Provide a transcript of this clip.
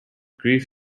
grief